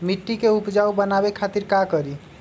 मिट्टी के उपजाऊ बनावे खातिर का करी?